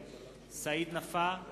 נגד סעיד נפאע,